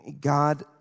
God